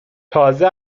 تازه